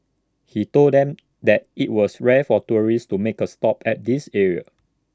he told them that IT was rare for tourists to make A stop at this area